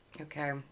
Okay